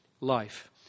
life